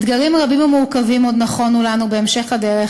אתגרים רבים ומורכבים עוד נכונו לנו בהמשך הדרך